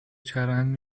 چرند